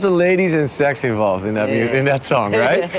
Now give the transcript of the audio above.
ladies and sex involved in um yeah in that song, right?